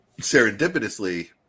serendipitously